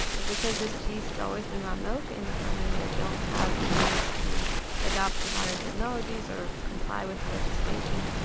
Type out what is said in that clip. but because this cheese has always been raw milk, and the farmers there don't have the means to adopt modern technologies or comply with the legislation,